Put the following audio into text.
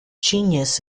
genus